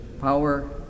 power